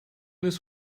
this